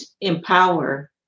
empower